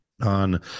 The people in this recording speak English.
on